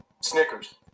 Snickers